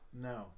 No